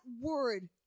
word